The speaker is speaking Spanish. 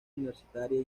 universitaria